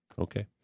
Okay